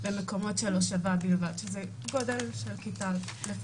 למקומות של הושבה בלבד שזה גודל של כיתה.